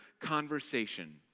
conversation